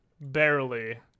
barely